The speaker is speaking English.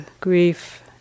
grief